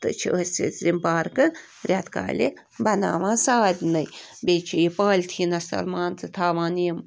تہٕ چھِ أسۍ حظ یِم پارکہٕ رٮ۪تہٕ کالہِ بَناوان سارنٕے بیٚیہِ چھِ یہِ پالتھیٖنس تل مان ژٕ تھاوان یِم